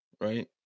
right